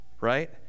right